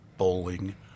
bowling